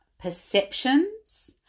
perceptions